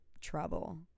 trouble